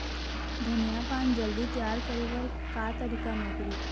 धनिया पान जल्दी तियार करे बर का तरीका नोकरी?